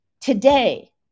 Today